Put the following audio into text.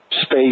space